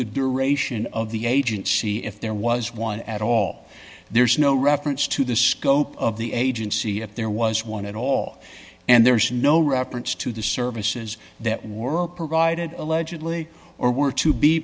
duration of the agency if there was one at all there's no reference to the scope of the agency if there was one at all and there's no reference to the services that were provided allegedly or were to be